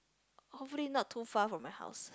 hopefully not too far from my house